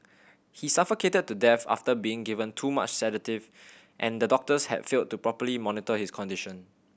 he suffocated to death after being given too much sedative and the doctors had failed to properly monitor his condition